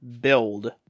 build